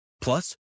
Plus